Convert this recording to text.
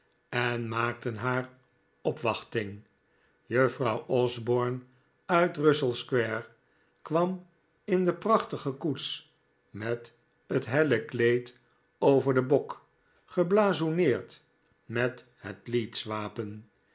en maakten haar opwachting juffrouw osborne uit russell square kwam in de prachtige koets met het helle kleed over den bok geblazoeneerd met het leeds wapen